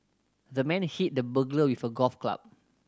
the man hit the burglar with a golf club